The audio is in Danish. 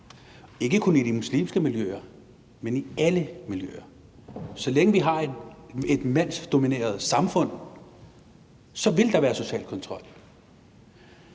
ikke kun i de muslimske miljøer, men i alle miljøer. Så længe vi har et mandsdomineret samfund, vil der være social kontrol.